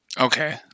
Okay